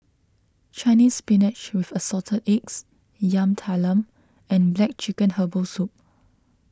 Chinese Spinach with Assorted Eggs Yam Talam and Black Chicken Herbal Soup